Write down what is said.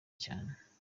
cyane